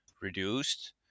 reduced